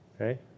Okay